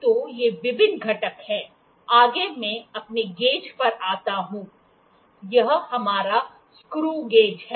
तो ये विभिन्न घटक हैं आगे मैं अपने गेज पर आता हूं यह हमारा स्क्रू गेज है